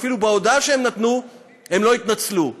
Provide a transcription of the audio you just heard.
ואפילו בהודעה שהם נתנו הם לא התנצלו.